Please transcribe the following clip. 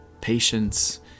Patience